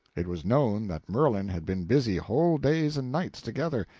it was known that merlin had been busy whole days and nights together,